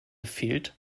fehlt